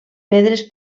pedres